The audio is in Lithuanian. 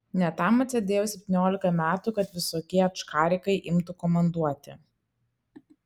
ne tam atsėdėjau septyniolika metų kad visokie ačkarikai imtų komanduoti